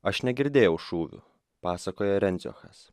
aš negirdėjau šūvių pasakoja rendziochas